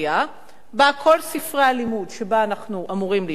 שבה כל ספרי הלימוד שאנחנו אמורים להשתמש בהם.